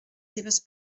seves